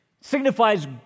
signifies